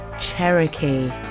cherokee